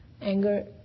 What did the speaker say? Anger